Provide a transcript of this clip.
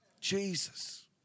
Jesus